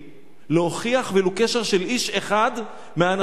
להוכיח ולו קשר של איש אחד מהאנשים האלה.